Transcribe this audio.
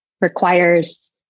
requires